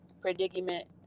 predicament